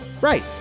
Right